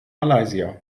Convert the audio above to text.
malaysia